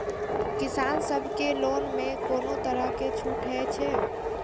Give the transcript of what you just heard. किसान सब के लोन में कोनो तरह के छूट हे छे?